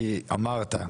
כי אמרת,